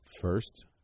first